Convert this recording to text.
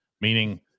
meaning